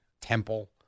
Temple